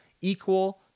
equal